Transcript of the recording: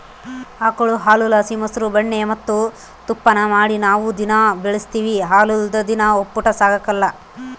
ಆಕುಳು ಹಾಲುಲಾಸಿ ಮೊಸ್ರು ಬೆಣ್ಣೆ ಮತ್ತೆ ತುಪ್ಪಾನ ಮಾಡಿ ನಾವು ದಿನಾ ಬಳುಸ್ತೀವಿ ಹಾಲಿಲ್ಲುದ್ ದಿನ ಒಪ್ಪುಟ ಸಾಗಕಲ್ಲ